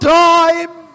time